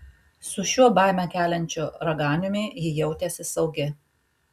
su šiuo baimę keliančiu raganiumi ji jautėsi saugi